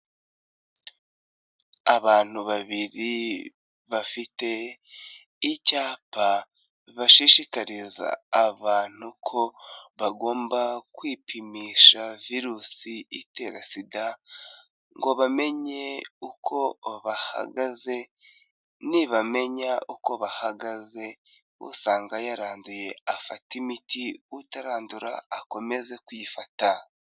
Abantu babiri bafite icyapa bashishikariza abantu ko bagomba kwipimisha virusi itera SIDA ngo bamenye uko bahagaze, nibamenya uko bahagaze usanga yaranduye afatate imiti, utarandura akomeze kwifata.